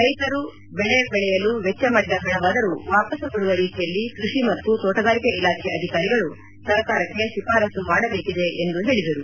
ರೈತರು ಬೆಳೆ ದೆಳೆಯಲು ವೆಚ್ಚ ಮಾಡಿದ ಹಣವಾದರೂ ವಾಪಾಸು ಬರುವ ರೀತಿಯಲ್ಲಿ ಕೃಷಿ ಮತ್ತು ತೋಟಗಾರಿಕೆ ಇಲಾಖೆ ಅಧಿಕಾರಿಗಳು ಸರ್ಕಾರಕ್ಕೆ ಶಿಫಾರಸ್ತು ಮಾಡಬೇಕಿದೆ ಎಂದು ಹೇಳಿದರು